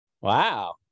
Wow